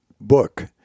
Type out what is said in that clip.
book